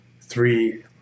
Three